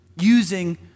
using